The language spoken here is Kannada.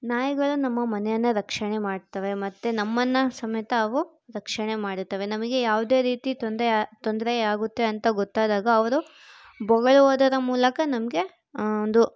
ನಾಯಿಗಳು ನಮ್ಮ ಮನೆಯನ್ನು ರಕ್ಷಣೆ ಮಾಡ್ತವೆ ಮತ್ತು ನಮ್ಮನ್ನು ಸಮೇತ ಅವು ರಕ್ಷಣೆ ಮಾಡುತ್ತವೆ ನಮಗೆ ಯಾವುದೇ ರೀತಿ ತೊಂದರೆ ಯಾ ತೊಂದರೆಯಾಗುತ್ತೆ ಅಂತ ಗೊತ್ತಾದಾಗ ಅವರು ಬೊಗಳುವುದರ ಮೂಲಕ ನಮಗೆ ಒಂದು